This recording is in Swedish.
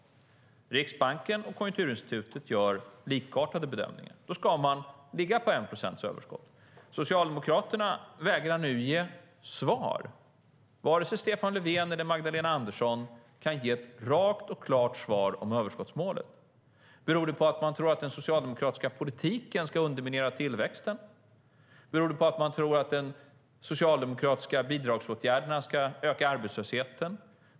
Riksbanken och Konjunkturinstitutet gör likartade bedömningar. Då ska man ligga på 1 procents överskott. Socialdemokraterna vägrar nu att ge svar. Vare sig Stefan Löfven eller Magdalena Andersson kan ge ett rakt och klart svar om överskottsmålet. Beror det på att man tror att den socialdemokratiska politiken ska underminera tillväxten? Beror det på att man tror att de socialdemokratiska bidragsåtgärderna ska öka arbetslösheten?